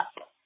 up